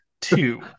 two